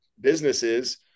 businesses